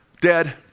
dead